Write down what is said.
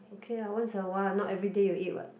okay lah once awhile not everyday you eat what